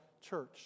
church